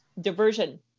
diversion